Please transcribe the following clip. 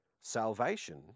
Salvation